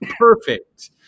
perfect